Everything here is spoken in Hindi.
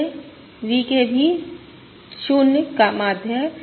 यह VK भी 0 का माध्य है